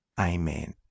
Amen